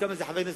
קם איזה חבר כנסת,